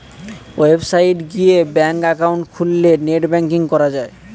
website গিয়ে bank account খুললে net banking করা যায়